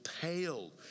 pale